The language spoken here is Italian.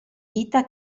vita